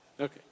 Okay